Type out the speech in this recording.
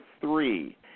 three